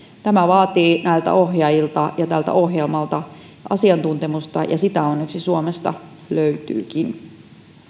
tämä vaatii näiltä ohjaajilta ja tältä ohjelmalta asiantuntemusta ja sitä onneksi suomesta löytyykin